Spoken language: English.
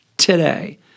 today